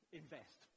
invest